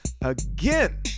again